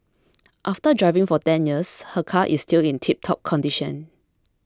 after driving for ten years her car is still in tiptop condition